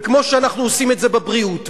וכמו שאנחנו עושים את זה בבריאות,